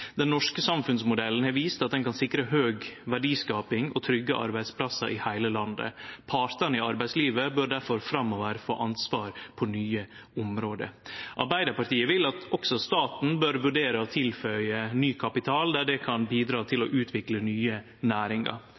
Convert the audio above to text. Den norske samfunnsmodellen har vist at ein kan sikre høg verdiskaping og trygge arbeidsplassar i heile landet. Partane i arbeidslivet bør difor framover få ansvar for nye område. Arbeidarpartiet meiner at også staten bør vurdere å tilføre ny kapital der det kan bidra til å utvikle nye næringar.